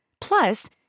Plus